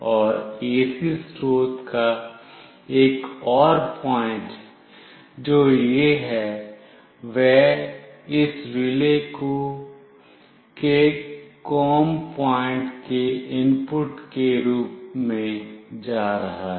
और AC स्रोत का एक और पॉइंट जो यह है वह इस रिले के COM पॉइंट के इनपुट के रूप में जा रहा है